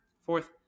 fourth